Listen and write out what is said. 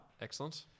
Excellent